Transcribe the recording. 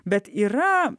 bet yra